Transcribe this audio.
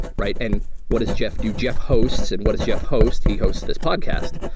right? and what does jeff do? jeff hosts. and what does jeff host? he hosts this podcast.